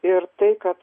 ir tai kad